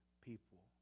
people